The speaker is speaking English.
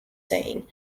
saying